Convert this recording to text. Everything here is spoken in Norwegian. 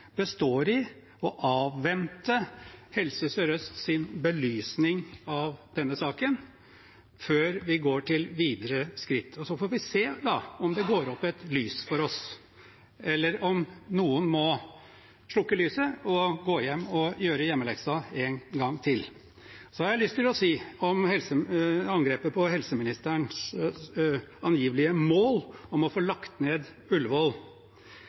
består i å avvente Helse Sør-Østs belysning av denne saken før vi går videre til neste skritt. Så får vi se om det går opp et lys for oss, eller om noen må slukke lyset og gå hjem og gjøre hjemmeleksen en gang til. Så har jeg lyst til å si om angrepet på helseministerens angivelige mål om å få lagt ned